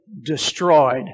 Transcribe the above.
destroyed